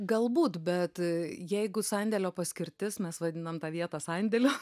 galbūt bet jeigu sandėlio paskirtis mes vadinam tą vietą sandėliu